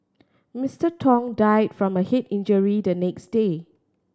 Mister Tong died from a head injury the next day